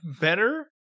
better